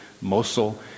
Mosul